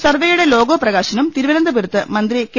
സർവെയുടെ logo പ്രകാശനം തിരുവനന്തപുരത്ത് മന്ത്രി കെ